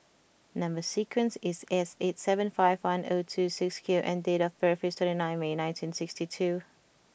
number sequence is S eight seven five one zero two six Q and date of birth is twenty nine May nineteen sixty two